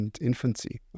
infancy